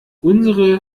unsere